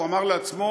והוא אמר לעצמו,